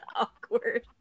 Awkward